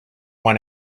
when